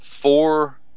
four